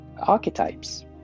Archetypes